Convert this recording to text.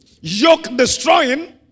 yoke-destroying